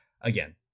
again